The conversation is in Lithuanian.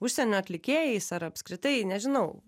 užsienio atlikėjais ar apskritai nežinau